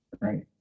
right